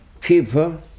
people